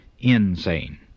insane